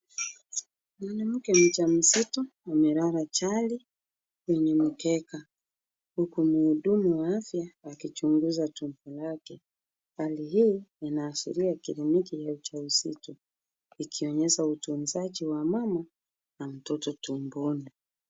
Mwanamke mjamzito amelala chali kwenye mkeka, huku mhudumu wa afya, akichunguza tumbo yake. Hali hii inaashiria kliniki ya ujauzito, ikionyesha utunzaji wa mama na mtoto tumboni.